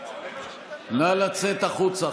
נא לצאת החוצה,